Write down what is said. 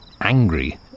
Angry